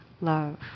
love